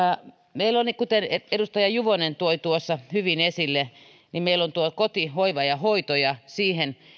meillä on kuten edustaja juvonen toi tuossa hyvin esille tuo koti hoiva ja hoito siihen